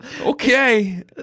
Okay